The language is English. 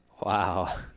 Wow